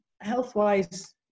health-wise